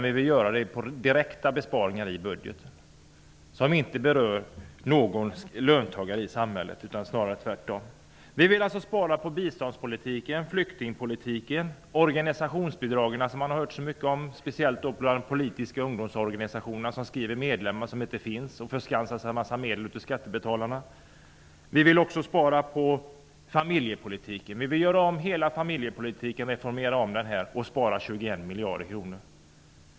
Vi vill i stället göra direkta besparingar i budgeten som inte berör löntagarna. Vi vill spara på biståndspolitiken, flyktingpolitiken och organisationsbidragen, som man har hört så mycket om. Det gäller speciellt de politiska ungdomsorganisationerna som skriver upp medlemmar som de inte har och som förskansar sig medel från skattebetalarna. Vi vill också spara på familjepolitiken, som vi vill göra om helt. Genom att reformera den vill vi spara 21 miljarder.